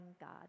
God